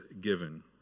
given